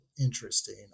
interesting